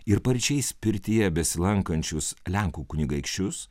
ir paryčiais pirtyje besilankančius lenkų kunigaikščius